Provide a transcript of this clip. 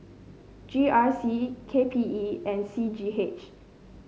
G R C K P E and C G H